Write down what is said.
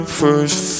first